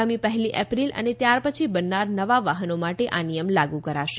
આગામી પહેલી એપ્રિલ અને ત્યારપછી બનનાર નવા વાહનો માટે આ નિયમ લાગુ કરાશે